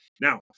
Now